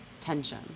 Tension